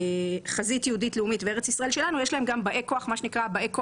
"חזית יהודית לאומית" ו"ארץ ישראל שלנו" - יש באי כוח קטנים,